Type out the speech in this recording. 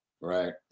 right